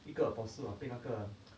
一个 apostle ah 被那个